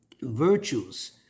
virtues